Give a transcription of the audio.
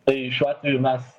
tai šiuo atveju mes